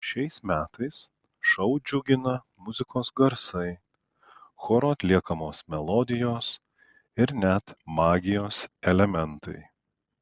šiais metais šou džiugina muzikos garsai choro atliekamos melodijos ir net magijos elementai